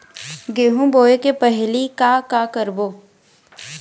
गेहूं बोए के पहेली का का करबो?